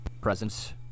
presence